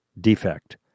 defect